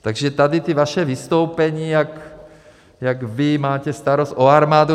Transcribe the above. Takže tady ta vaše vystoupení, jak vy máte starost o armádu...